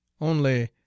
Only